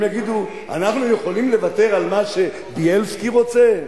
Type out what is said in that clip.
הם יגידו: אנחנו יכולים לוותר על מה שבילסקי רוצה?